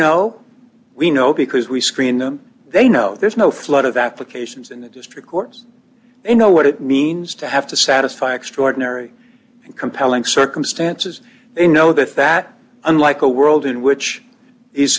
know we know because we screen them they know there's no flood of applications in the district courts they know what it means to have to satisfy extraordinary and compelling circumstances they know that that unlike a world in which